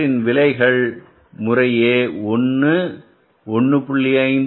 இவற்றின் விலைகள் முறையே 1 1